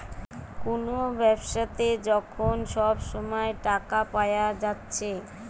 কুনো ব্যাবসাতে যখন সব সময় টাকা পায়া যাচ্ছে